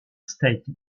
state